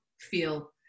feel